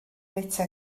fwyta